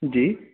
جی